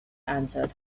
answered